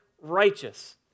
righteous